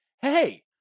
hey